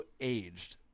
Aged